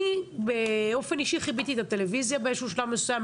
אני כיביתי את הטלוויזיה בשלב מסוים,